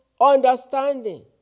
understanding